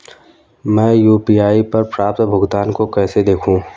मैं यू.पी.आई पर प्राप्त भुगतान को कैसे देखूं?